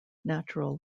natural